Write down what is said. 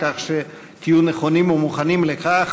כך שתהיו נכונים ומוכנים לכך.